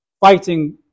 fighting